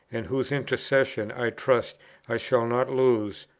and whose intercession i trust i shall not lose,